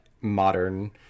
modern